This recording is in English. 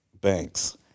banks